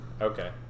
Okay